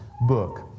book